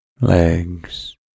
legs